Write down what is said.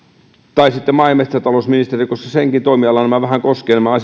tai sitten maa ja metsätalousministeri koska senkin toimialaa nämä asiat vähän koskevat